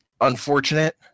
unfortunate